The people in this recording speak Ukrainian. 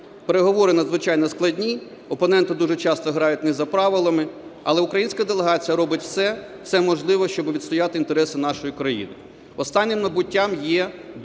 Переговори надзвичайно складні. Опоненти дуже часто грають не за правилами. Але українська делегація робить все, все можливе, щоби відстояти інтереси нашої країни. Останнім набуттям є